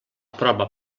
prova